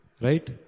Right